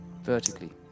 vertically